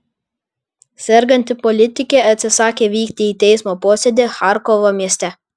serganti politikė atsisakė vykti į teismo posėdį charkovo mieste